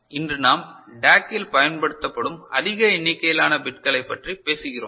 இன்று நாம் DAC இல் பயன்படுத்தப்படும் அதிக எண்ணிக்கையிலான பிட்களைப் பற்றி பேசுகிறோம்